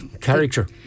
character